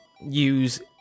use